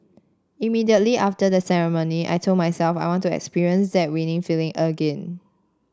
immediately after the ceremony I told myself I want to experience that winning feeling again